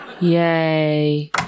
Yay